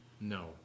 No